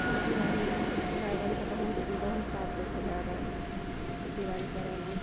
खेतीबाड़ीमे गाय बैलके बहुत्त बहुत साथ देय छै गाय बैल खेतीबाड़ी करएमे